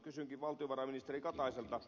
kysynkin valtiovarainministeri kataiselta